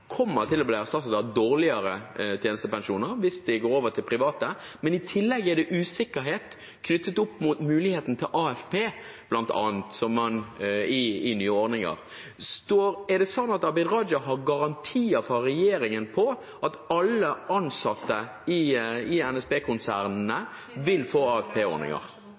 kommer til å bli erstattet av dårligere tjenestepensjoner hvis de går over til private. I tillegg er det usikkerhet knyttet bl.a. til muligheten for AFP i nye ordninger. Er det sånn at Abid Raja har garantier fra regjeringen for at alle ansatte i NSB-konsernene vil få